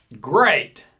great